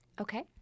Okay